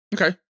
Okay